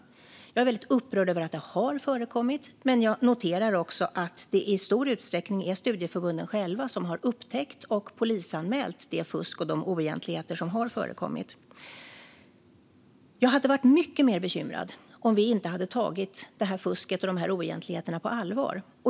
Jag är väldigt upprörd över att det har förekommit, men jag noterar också att det i stor utsträckning är studieförbunden själva som har upptäckt och polisanmält det fusk och de oegentligheter som har förekommit. Jag hade varit mycket mer bekymrad om vi inte hade tagit det här fusket och de här oegentligheterna på allvar.